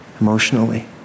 emotionally